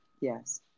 Yes